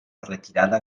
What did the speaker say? retirada